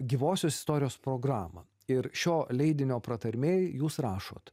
gyvosios istorijos programą ir šio leidinio pratarmėj jūs rašot